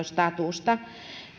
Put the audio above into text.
statusta